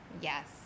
Yes